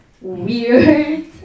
weird